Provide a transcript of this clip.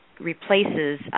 replaces